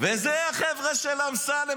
וזה החבר'ה של אמסלם.